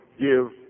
give